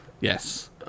yes